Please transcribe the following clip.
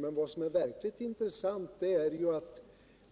Men vad som är verkligt intressant är ju